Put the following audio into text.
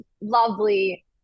lovely